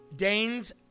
Dane's